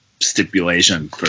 stipulation